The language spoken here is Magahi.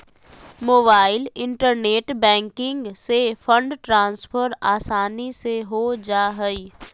मोबाईल इन्टरनेट बैंकिंग से फंड ट्रान्सफर आसानी से हो जा हइ